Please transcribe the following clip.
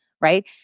right